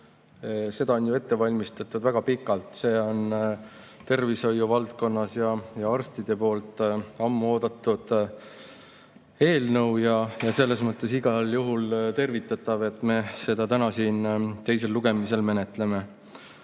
eelnõu on ette valmistatud väga pikalt. See on tervishoiuvaldkonnas ja arstide seas ammu oodatud eelnõu. Selles mõttes on igal juhul tervitatav, et me seda täna siin teisel lugemisel menetleme. Õige